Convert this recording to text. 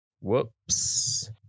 Whoops